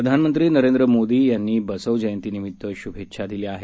प्रधानमंत्री नरेंद्र मोदी यांनी बसव जयंतीनिमित श्भेच्छा दिल्या आहेत